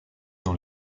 dans